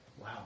Wow